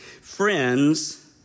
Friends